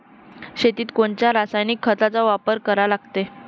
शेतीत कोनच्या रासायनिक खताचा वापर करा लागते?